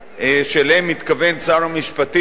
ושאליהם התכוון שר המשפטים